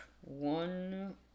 one